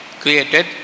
created